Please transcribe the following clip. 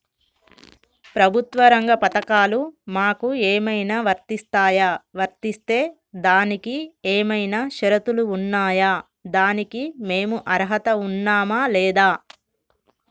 ప్రభుత్వ రంగ పథకాలు మాకు ఏమైనా వర్తిస్తాయా? వర్తిస్తే దానికి ఏమైనా షరతులు ఉన్నాయా? దానికి మేము అర్హత ఉన్నామా లేదా?